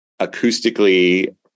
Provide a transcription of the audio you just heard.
acoustically